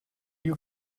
you